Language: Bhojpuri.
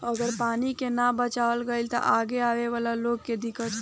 अगर पानी के ना बचावाल गइल त आगे आवे वाला लोग के दिक्कत होई